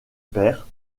père